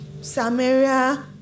Samaria